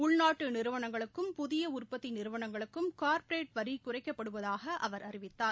உள்நாட்டு நிறுவனங்களுக்கும் புதிய உற்பத்தி நிறுவனங்களுக்கும் கா்ப்பரேட் வரி குறைக்கப்படுவதாக அவர் அறிவித்தார்